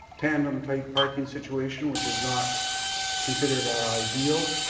tandem type parking situation which is not considered our ideal.